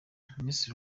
minisitiri